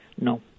No